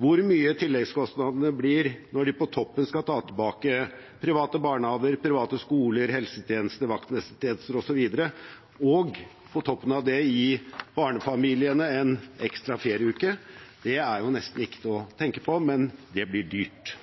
Hvor mye tilleggskostnaden blir når de på toppen av det skal ta tilbake private barnehager, private skoler, helsetjenester, vaktmestertjenester osv. – og på toppen av det gi barnefamiliene en ekstra ferieuke – er nesten ikke til å tenke på, men det blir dyrt.